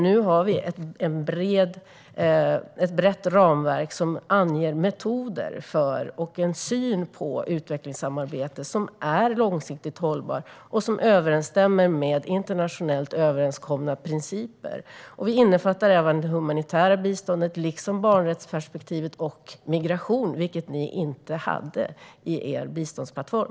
Nu har vi ett brett ramverk som anger metoder för och en syn på utvecklingssamarbete som är långsiktigt hållbart och överensstämmer med internationellt överenskomna principer. Vi innefattar även det humanitära biståndet liksom barnrättsperspektivet och migration, vilket ni inte hade i er biståndsplattform.